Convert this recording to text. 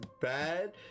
bad